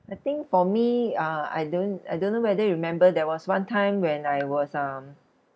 I think for me uh I don't I don't know whether you remember there was one time when I was um